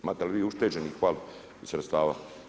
Imate li vi ušteđenih … sredstava?